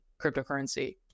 cryptocurrency